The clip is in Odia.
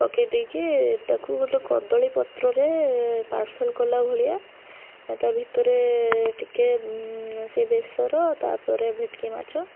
ପକାଇ ଦେଇକି ତାକୁ ଗୋଟେ କଦଳୀ ପତ୍ରରେ ପାର୍ସଲ କଲା ଭଳିଆ ତା ଭିତରେ ଟିକେ ସେ ବେସର ତା ପରେ ଭେଟକି ମାଛ